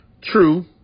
True